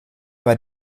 war